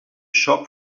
shop